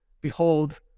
Behold